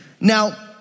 Now